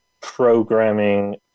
programming